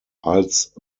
als